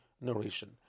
narration